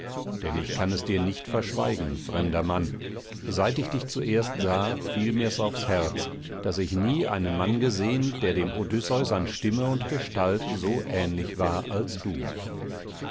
denn ich kann es dir nicht verschweigen fremder mann seit ich dich zuerst sah fiel mir's aufs herz daß ich nie einen mann gesehen der dem odysseus an stimme und gestalt so ähnlich war als du